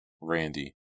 Randy